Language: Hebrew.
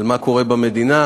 על מה קורה במדינה,